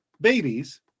babies